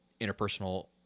interpersonal